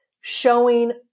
showing